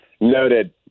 Noted